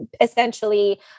essentially